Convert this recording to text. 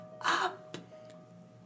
up